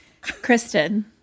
Kristen